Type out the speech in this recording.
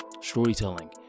storytelling